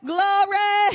Glory